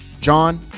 John